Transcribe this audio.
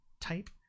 type